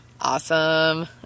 Awesome